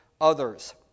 others